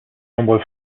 nombreux